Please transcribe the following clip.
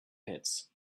pits